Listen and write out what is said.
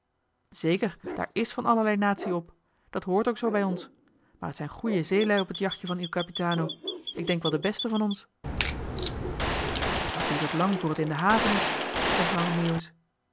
zeker daar is van allerlei natie op dat hoort ook zoo bij ons maar t zijn goeie zeelui op t jachtje van il capitano k denk wel de beste van ons wat duurt t lang voor t in de haven is vond lange meeuwis